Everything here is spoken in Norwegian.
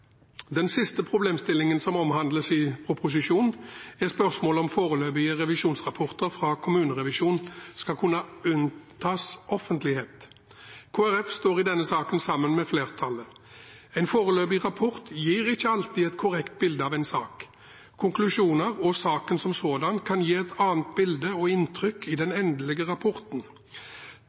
Den siste problemstillingen som omhandles i proposisjonen, er spørsmålet om foreløpige revisjonsrapporter fra kommunerevisjonen skal kunne unntas offentlighet. Kristelig Folkeparti står i denne saken sammen med flertallet. En foreløpig rapport gir ikke alltid et korrekt bilde av en sak. Konklusjoner og saken som sådan kan gi et annet bilde og inntrykk i den endelige rapporten.